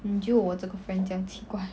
你觉得我这个 friend 这样奇怪